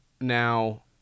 Now